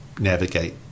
navigate